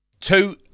Two